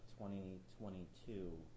2022